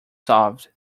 solved